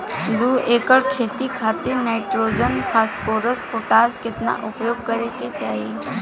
दू एकड़ खेत खातिर नाइट्रोजन फास्फोरस पोटाश केतना उपयोग करे के चाहीं?